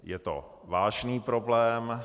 Je to vážný problém.